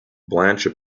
blanche